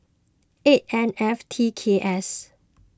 eight N F T K S